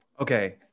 Okay